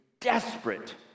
desperate